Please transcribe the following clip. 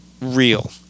real